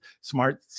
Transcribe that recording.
Smart